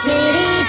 City